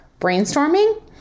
brainstorming